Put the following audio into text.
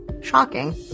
shocking